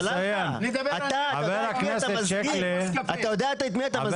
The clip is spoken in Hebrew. סלאלחה, אתה יודע את מי אתה מזכיר?